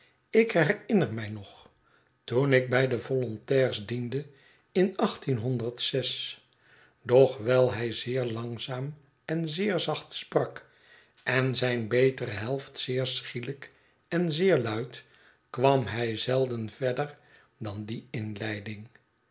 met ikherinner mij nog toen ik bij de volontairs diende in doch wijl hij zeer langzaam en zeer zacht sprak en zijn betere helft zeer schielijk en zeer luid kwam hij zelden verder dan die inleiding